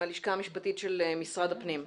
הלשכה המשפטית של משרד הפנים,